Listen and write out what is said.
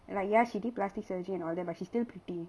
like ya she did plastic surgery and all that but she's still pretty